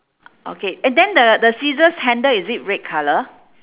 okay and then the the scissors handle is it red colour